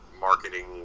Marketing